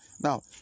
Now